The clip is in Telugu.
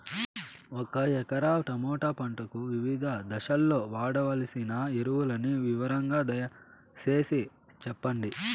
ఒక ఎకరా టమోటా పంటకు వివిధ దశల్లో వాడవలసిన ఎరువులని వివరంగా దయ సేసి చెప్పండి?